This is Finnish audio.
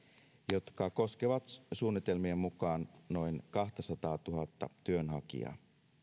jotka koskevat suunnitelmien mukaan noin kahtasataatuhatta työnhakijaa